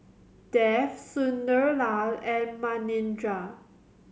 Dev Sunderlal and Manindra